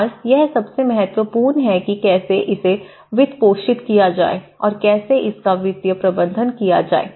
और यह सबसे महत्वपूर्ण है कि कैसे इसे वित्तपोषित किया जाए और कैसे इसका वित्तीय प्रबंधन किया जाए